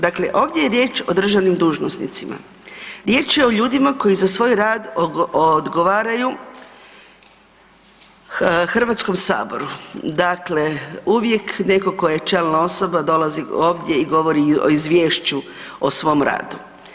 Dakle, ovdje je riječ o državnim dužnosnicima, riječ je o ljudima koji za svoj rad odgovaraju Hrvatskom saboru, dakle uvijek neko ko je čelna osoba dolazi ovdje i govori o izvješću o svim radu.